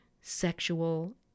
sexual